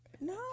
No